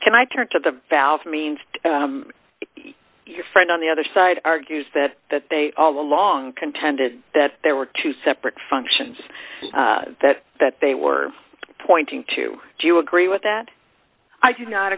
can i turn to the vows mean your friend on the other side argues that that they all along contended that there were two separate functions that that they were pointing to do you agree with that i do not